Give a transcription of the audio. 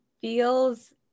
feels